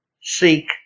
seek